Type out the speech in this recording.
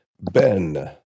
Ben